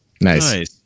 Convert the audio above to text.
Nice